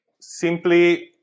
simply